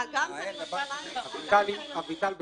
אביטל,